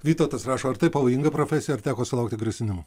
vytautas rašo ar tai pavojinga profesija ar teko sulaukti grasinimų